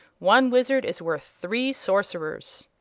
one wizard is worth three sorcerers.